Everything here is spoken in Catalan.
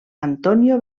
antonio